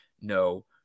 no